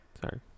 Sorry